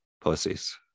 pussies